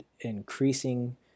increasing